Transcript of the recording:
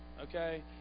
Okay